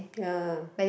ya